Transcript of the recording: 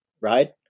right